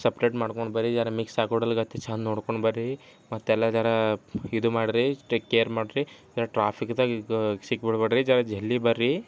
separate ಮಾಡ್ಕೊಂಡು ಬನ್ರಿ ಜರಾ ಮಿಕ್ಸ್ ಆಕೊಡಲ್ಗತ್ತಿ ಚಂದ ನೋಡ್ಕೊಂಡು ಬನ್ರಿ ಮತ್ತೆಲ್ಲ ಜರಾ ಇದು ಮಾಡಿರಿ ಟೆಕ್ ಕೇರ್ ಮಾಡಿರಿ ಜರಾ ಟ್ರಾಫಿಕ್ದಾಗ ಸಿಕ್ಕಿ ಬಿಡಬೇಡ್ರಿ ಜರಾ ಜಲ್ದಿ ಬನ್ರಿ